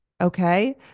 Okay